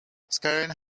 scaring